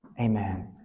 Amen